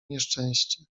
nieszczęście